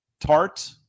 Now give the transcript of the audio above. Tart